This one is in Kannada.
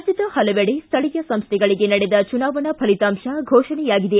ರಾಜ್ಯದ ಪಲವೆಡೆ ಸ್ಥಳಿಯ ಸಂಸ್ಥೆಗಳಿಗೆ ನಡೆದ ಚುನಾವಣಾ ಫಲಿತಾಂಶ ಘೋಷಣೆಯಾಗಿದೆ